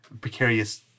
precarious